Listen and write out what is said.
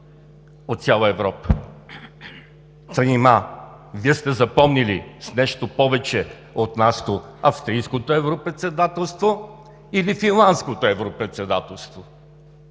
от цяла Европа? Та нима Вие сте запомнили с нещо повече от нашето Австрийското европредседателство или Финландското европредседателство?